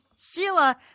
Sheila